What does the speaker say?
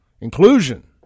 inclusion